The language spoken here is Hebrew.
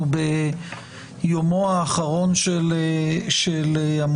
אנחנו ביומו האחרון של המושב,